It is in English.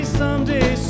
someday